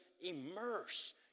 immerse